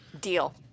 Deal